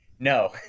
No